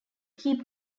keep